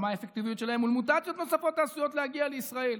האפקטיביות שלהם מול מוטציות נוספות העשויות להגיע לישראל,